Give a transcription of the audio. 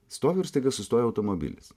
stovi ir staiga sustoja automobilis